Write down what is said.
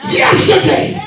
yesterday